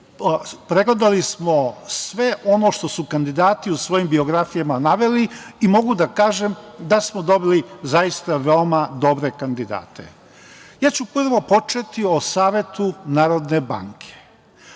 pregledali smo sve ono što su kandidati u svojim biografijama naveli i mogu da kažem da smo dobili zaista veoma dobre kandidate. Prvo ću početi o Savetu Narodne banke.